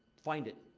find it.